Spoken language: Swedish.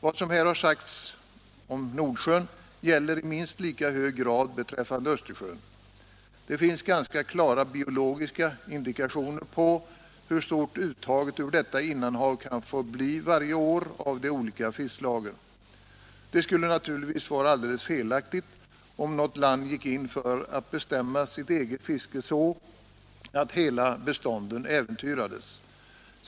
Vad som här har sagts om Nordsjön gäller i minst lika hög grad be träffande Östersjön. Det finns ganska klara biologiska indikationer på hur stort uttaget ur detta innanhav kan få bli varje år av de olika fiskslagen. Det skulle naturligtvis vara alldeles felaktigt, om något land gick in för att bestämma sitt eget fiske så, att hela bestånden äventyrades.